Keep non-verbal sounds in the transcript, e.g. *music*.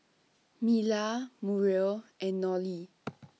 Mila Muriel and Nolie *noise*